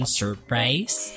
surprise